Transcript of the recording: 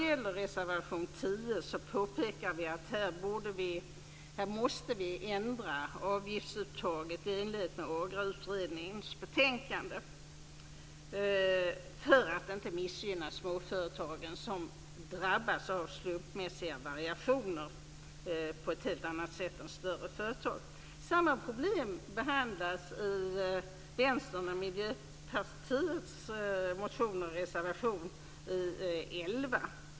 I reservation 10 påpekar vi att vi måste ändra avgiftsuttaget i enlighet med förslaget i AGRA-utredningens betänkande för att inte missgynna småföretagen som drabbas av slumpmässiga variationer på ett helt annat sätt än större företag. Samma problem behandlas i Vänsterns och Miljöpartiets motioner och i reservation 11.